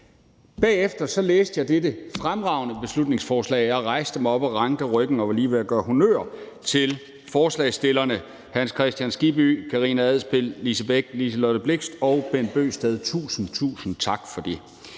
Bagefter læste jeg dette fremragende beslutningsforslag, og jeg rejste mig op og rankede ryggen og var lige ved at gøre honnør til forslagsstillerne, Hans Kristian Skibby, Karina Adsbøl, Lise Bech, Liselott Blixt og Bent Bøgsted, og tusind, tusind tak for det.